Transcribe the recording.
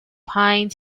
pine